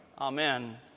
Amen